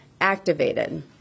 activated